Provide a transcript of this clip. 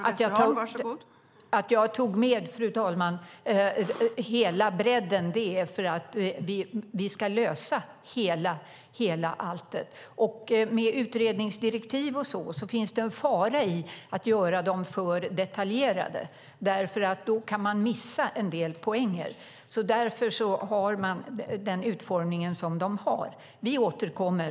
Fru talman! Jag tog med hela bredden för att vi ska lösa hela alltet. Det finns en fara i att göra utredningsdirektiv för detaljerade, för då kan man missa en del poänger. Därför har de den utformning de har. Vi återkommer.